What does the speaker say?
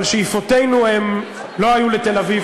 אבל שאיפותינו לא היו לתל-אביב,